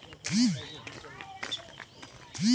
अंतर फसल के क्या लाभ हैं?